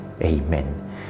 Amen